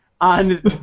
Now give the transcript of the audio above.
on